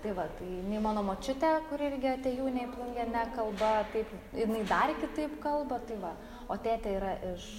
tai va tai nei mano močiutė kuri irgi atėjūnė į plungę nekalba taip jinai dar kitaip kalba tai va o tėtė yra iš